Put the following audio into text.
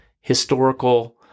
historical